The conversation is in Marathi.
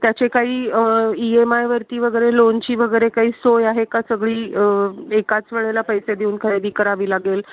त्याचे काही ई एम आयवरती वगैरे लोनची वगैरे काही सोय आहे का सगळी एकाच वेळेला पैसे देऊन खरेदी करावी लागेल